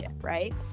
right